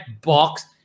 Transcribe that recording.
box